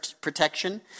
protection